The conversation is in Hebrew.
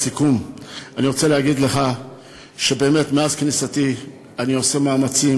לסיכום אני רוצה להגיד לך שבאמת מאז כניסתי אני עושה מאמצים.